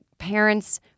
Parents